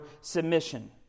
submission